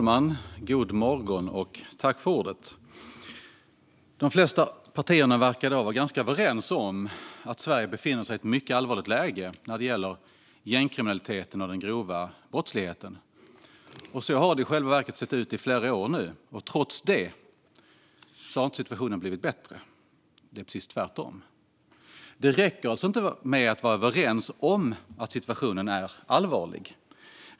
Fru talman! De flesta partier verkar i dag vara ganska överens om att Sverige befinner sig i ett mycket allvarligt läge när det gäller gängkriminaliteten och den grova brottsligheten. Så har det i själva verket sett ut i flera år nu. Trots det har situationen inte blivit bättre. Det är precis tvärtom. Det räcker alltså inte med att vara överens om att situationen är allvarlig.